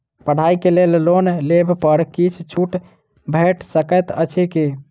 पढ़ाई केँ लेल लोन लेबऽ पर किछ छुट भैट सकैत अछि की?